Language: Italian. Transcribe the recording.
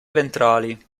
ventrali